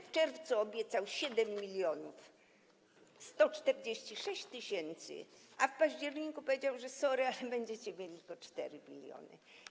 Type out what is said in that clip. W czerwcu obiecał 7146 tys., a w październiku powiedział: sorry, ale będziecie mieli tylko 4 mln.